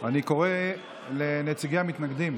אני קורא לנציגי המתנגדים.